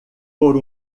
por